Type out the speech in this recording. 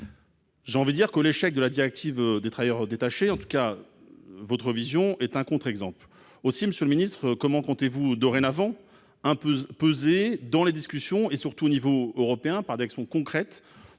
J'en veux dire que l'échec de la directive des travailleurs détachés en tout cas votre vision est un contre-exemple aussi Monsieur le Ministre, comment comptez-vous dorénavant un peu peser dans les discussions et surtout au niveau européen, pas d'actions concrètes